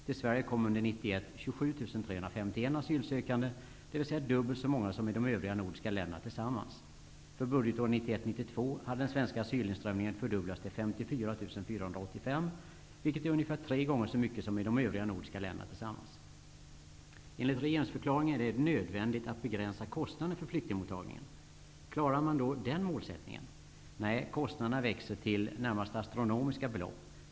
Till Sverige kom un der 1991 27 351 asylsökande, dvs. dubbelt så många som i de övriga nordiska länderna tillsam mans. För budgetåret 1991/92 hade den svenska asylinströmningen fördubblats till 54 485, vilket är ungefär tre gånger så mycket som i de övriga nordiska länderna tillsammans. Enligt regeringsförklaringen är det nödvändigt att begränsa kostnaderna för flyktingmottag ningen. Klarar man den målsättningen? Nej, kostnaderna växer till närmast astronomiska be lopp.